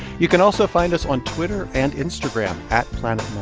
you can also find us on twitter and instagram at planetmoney.